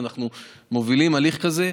ואנחנו מובילים הליך כזה.